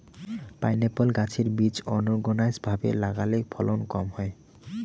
pineapple গাছের বীজ unorganised ভাবে লাগালে ফলন কম হয়